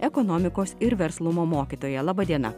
ekonomikos ir verslumo mokytoja laba diena